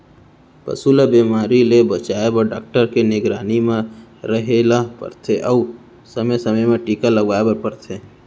पसू ल बेमारी ले बचाए बर डॉक्टर के निगरानी म रहें ल परथे अउ समे समे म टीका लगवाए बर परथे